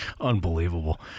Unbelievable